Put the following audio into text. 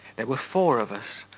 there were four of us,